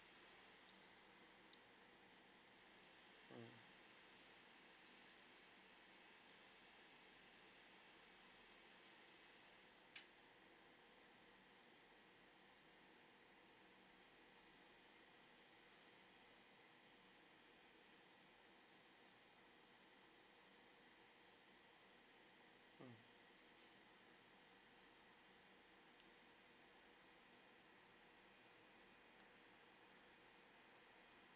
mm mm